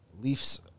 Leafs